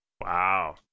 Wow